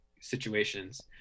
situations